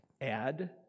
Add